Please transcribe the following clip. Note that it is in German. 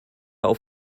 auf